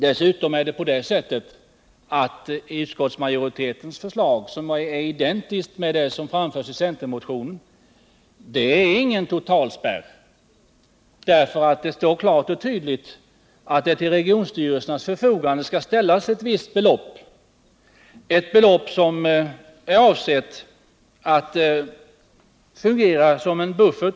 Dessutom innebär inte utskottsmajoritetens förslag, som är identiskt med det som framförts i centermotionen, någon total spärr. Det står nämligen klart och tydligt att det till regionstyrelsernas förfogande skall ställas ett visst belopp, ett belopp som är avsett att fungera som en buffert.